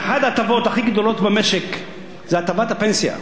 שאחת ההטבות הכי גדולות במשק זאת הטבת הפנסיה.